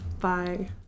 Bye